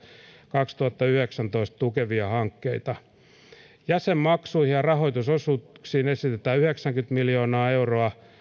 kaksituhattayhdeksäntoista tukevia hankkeita jäsenmaksuihin ja rahoitusosuuksiin esitetään yhdeksääkymmentä miljoonaa euroa